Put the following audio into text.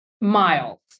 miles